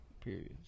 periods